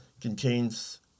contains